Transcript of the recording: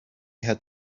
had